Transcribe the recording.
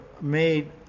made